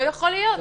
זה לא יכול להיות.